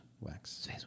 Wax